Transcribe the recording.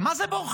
ומה זה בורחים?